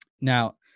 Now